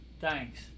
thanks